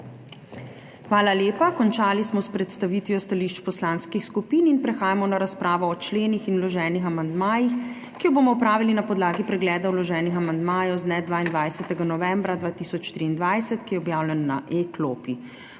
Hvala lepa. Končali smo s predstavitvijo stališč poslanskih skupin in prehajamo na razpravo o členih in vloženih amandmajih, ki jo bomo opravili na podlagi pregleda vloženih amandmajev z dne 22. novembra 2023, ki je objavljen na e-klopi.